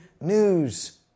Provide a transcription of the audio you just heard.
news